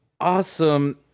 awesome